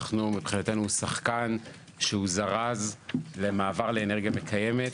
מבחינתנו הוא שחקן שהוא זרז למעבר לאנרגיה מקיימת